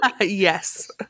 Yes